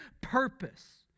purpose